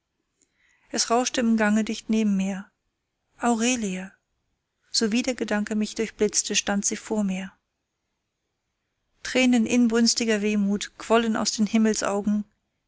es rauschte im gange dicht neben mir aurelie sowie der gedanke mich durchblitzte stand sie vor mir tränen inbrünstiger wehmut quollen aus den